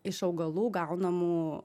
iš augalų gaunamų